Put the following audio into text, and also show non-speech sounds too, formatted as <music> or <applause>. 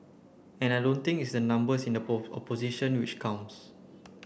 and I don't think it's the numbers in the <unintelligible> opposition which counts